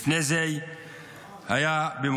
אתמול זה היה באל-בירה,